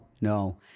No